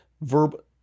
verb